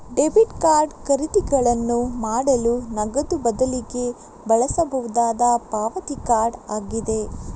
debit card ಖರೀದಿಗಳನ್ನು ಮಾಡಲು ನಗದು ಬದಲಿಗೆ ಬಳಸಬಹುದಾದ ಪಾವತಿ ಕಾರ್ಡ್ ಆಗಿದೆ